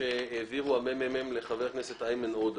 שהעביר מרכז המחקר והמידע של הכנסת לחבר הכנסת איימן עודה